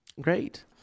Great